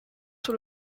sur